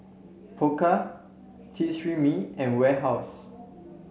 Pokka Tresemme and Warehouse